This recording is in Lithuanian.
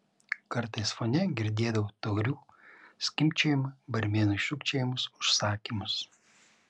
kartais fone girdėdavau taurių skimbčiojimą barmenui šūkčiojamus užsakymus